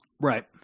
Right